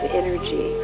energy